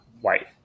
white